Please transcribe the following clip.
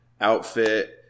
Outfit